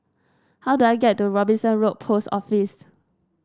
how do I get to Robinson Road Post Office